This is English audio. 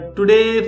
Today